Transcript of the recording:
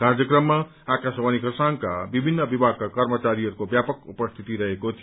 कार्यक्रममा आकाशवाणी खरसाङका विभिन्न विभागका कर्मचारीहरूको व्यापक उपस्थिति रहेको थियो